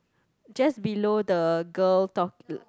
just below the girl